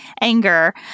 anger